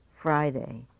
Friday